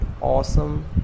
awesome